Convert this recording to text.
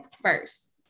first